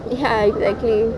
ya exactly